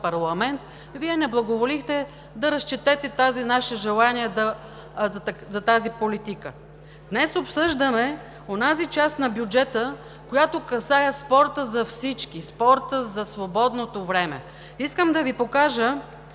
парламента, Вие не благоволихте да разчетете нашите желания за тази политика. Днес обсъждаме онази част на бюджета, която касае спорта за всички, спорта за свободното време. Искам да Ви покажа